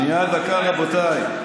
שנייה, דקה, רבותיי.